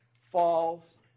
falls